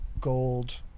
gold